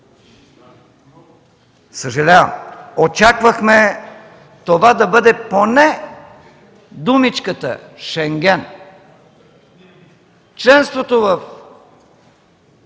Съжалявам, очаквахме това да бъде поне думичката Шенген – членството,